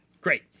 Great